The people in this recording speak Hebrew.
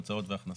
הוצאות והכנסות.